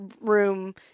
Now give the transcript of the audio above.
room